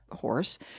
horse